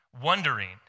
wondering